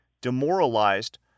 demoralized